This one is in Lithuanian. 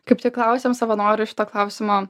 kaip tik klausėm savanorių šito klausimo